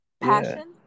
Passion